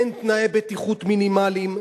אין תנאי בטיחות מינימליים,